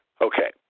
Okay